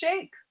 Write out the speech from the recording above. shake